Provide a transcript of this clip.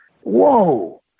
whoa